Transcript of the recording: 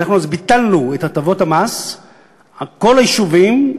ביטלנו את הטבות המס על כל היישובים,